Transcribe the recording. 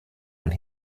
when